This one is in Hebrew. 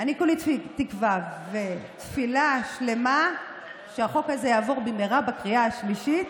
אני כולי תקווה ותפילה שלמה שהחוק הזה יעבור במהרה בקריאה השלישית,